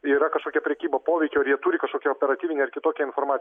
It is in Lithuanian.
yra kažkokia prekyba poveikiu ar jie turi kažkokią operatyvinę ar kitokią informaciją